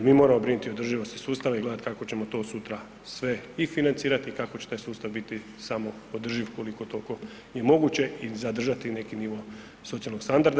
Mi moramo brinuti o održivosti sustava i gledat kako ćemo to sutra sve i financirati i kako će taj sustav biti samoodrživ koliko toliko moguće i zadržati neki nivo socijalnog standarda.